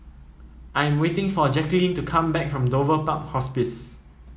I am waiting for Jackeline to come back from Dover Park Hospice